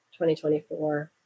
2024